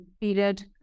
period